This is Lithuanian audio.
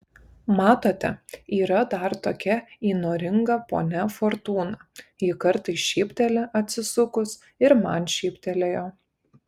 matote yra dar tokia įnoringa ponia fortūna ji kartais šypteli atsisukus ir man šyptelėjo